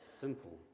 simple